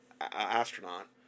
astronaut